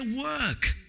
work